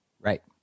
right